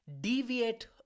deviate